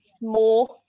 more